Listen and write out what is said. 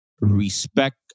respect